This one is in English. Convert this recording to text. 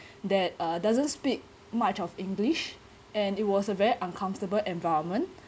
that uh doesn't speak much of english and it was a very uncomfortable environment